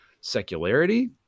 secularity